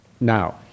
now